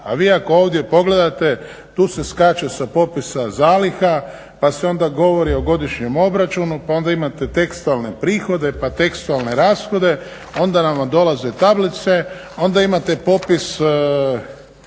A vi ako ovdje pogledate tu se skače sa popisa zaliha, pa se onda govori o godišnjem obračunu pa onda imate tekstualne prihode, pa tekstualne rashode onda nam dolaze tablice, onda imate popis